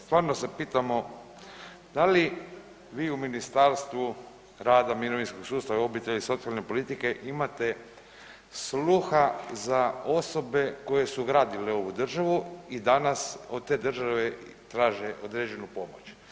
Stvarno se pitamo da li vi u Ministarstvu rada, mirovinskog sustava, obitelji i socijalne politike imate sluha za osobe koje su gradile ovu državu i danas od te države traže određenu pomoć.